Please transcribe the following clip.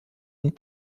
und